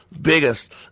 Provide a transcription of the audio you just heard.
biggest